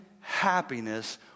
happiness